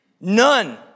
None